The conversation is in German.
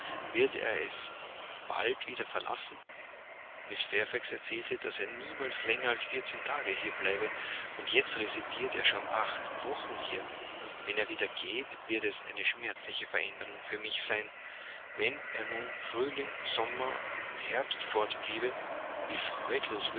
wird er es bald wieder verlassen mrs fairfax erzählte daß er niemals länger als vierzehn tage hier bleibe und jetzt residiert er schon acht wochen hier wenn er wieder geht wird es eine schmerzliche veränderung für mich sein wenn er nun frühling sommer und herbst fortbliebe wie